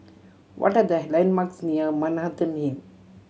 what are the landmarks near Manhattan Inn